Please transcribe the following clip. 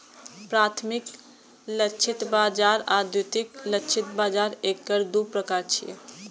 प्राथमिक लक्षित बाजार आ द्वितीयक लक्षित बाजार एकर दू प्रकार छियै